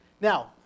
Now